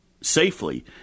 safely